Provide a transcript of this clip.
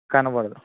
కనబడదు